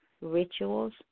rituals